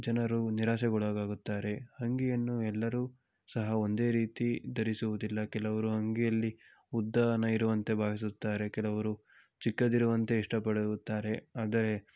ಜನರು ನಿರಾಸೆಗೊಳಗಾಗುತ್ತಾರೆ ಅಂಗಿಯನ್ನು ಎಲ್ಲರೂ ಸಹ ಒಂದೇ ರೀತಿ ಧರಿಸುವುದಿಲ್ಲ ಕೆಲವರು ಅಂಗಿಯಲ್ಲಿ ಉದ್ದನೆ ಇರುವಂತೆ ಭಾವಿಸುತ್ತಾರೆ ಕೆಲವರು ಚಿಕ್ಕದಿರುವಂತೆ ಇಷ್ಟ ಪಡುತ್ತಾರೆ ಆದರೆ